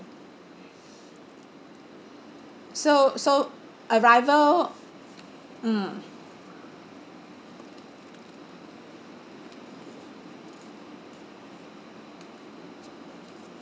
so so arrival mm